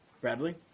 Bradley